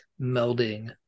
melding